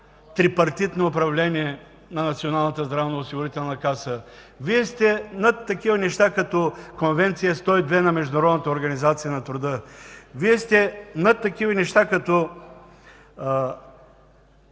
трипартитно управление на Националната здравноосигурителна каса. Вие сте над такива неща като Конвенция № 102 на Международната организация на труда. Вие сте над такива неща като